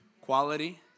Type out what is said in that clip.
quality